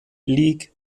league